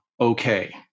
okay